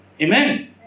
Amen